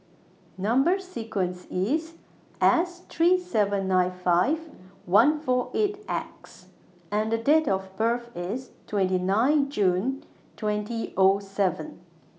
Number sequence IS S three seven nine five one four eight X and Date of birth IS twenty nine June twenty O seven